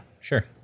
sure